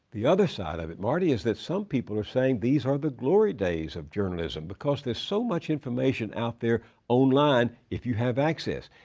the other side of it, marty, is that some people are saying these are the glory days of journalism, because there's so much information out there online, if you have access.